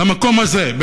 למקום הזה,